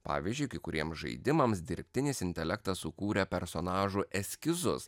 pavyzdžiui kai kuriem žaidimams dirbtinis intelektas sukūrė personažų eskizus